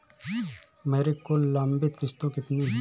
मेरी कुल लंबित किश्तों कितनी हैं?